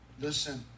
listen